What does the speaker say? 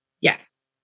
Yes